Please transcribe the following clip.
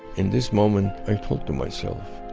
in this moment i thought to myself,